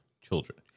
children